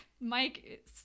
Mike